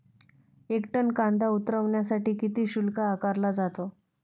एक टन कांदा उतरवण्यासाठी किती शुल्क आकारला जातो?